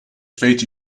face